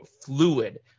fluid